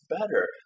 better